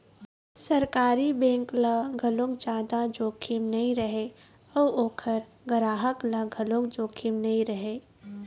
सरकारी बेंक ल घलोक जादा जोखिम नइ रहय अउ ओखर गराहक ल घलोक जोखिम नइ रहय